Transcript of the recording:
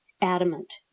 adamant